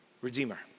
Redeemer